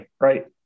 Right